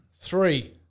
Three